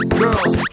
girls